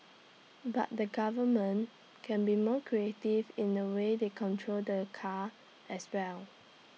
but the government can be more creative in the way they control the the car as well